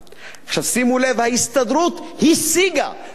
עכשיו שימו לב: "ההסתדרות השיגה" זאת אומרת,